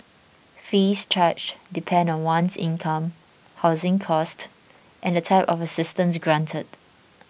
fees charged depend on one's income housing cost and the type of assistance granted